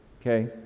Okay